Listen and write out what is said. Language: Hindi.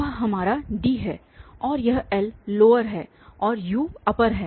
वह हमारा D है और यह L लोअर है और U अपर है